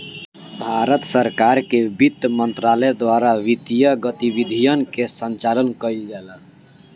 भारत सरकार के बित्त मंत्रालय द्वारा वित्तीय गतिविधियन के संचालन कईल जाला